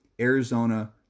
Arizona